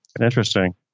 interesting